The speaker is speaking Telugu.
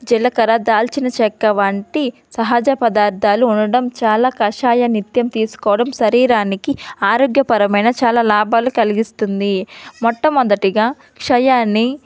జీలకర్ర దాల్చిన చెక్క వంటి సహజ పదార్థాలు ఉండడం చాలా కషాయ నిత్యం తీసుకోడం శరీరానికి ఆరోగ్యపరమైన చాలా లాభాలు కలిగిస్తుంది మొట్ట మొదటగా క్షయాన్ని